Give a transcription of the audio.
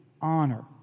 honor